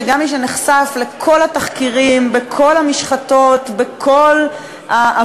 שגם מי שנחשף לכל התחקירים בכל המשחטות